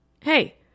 Hey